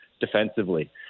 defensively